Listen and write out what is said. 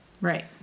Right